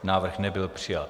Návrh nebyl přijat.